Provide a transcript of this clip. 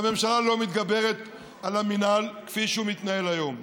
והממשלה לא מתגברת על המינהל כפי שהוא מתנהל היום.